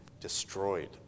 destroyed